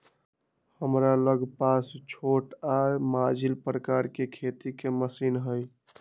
हमरा लग पास छोट आऽ मझिला प्रकार के खेती के मशीन हई